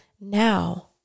now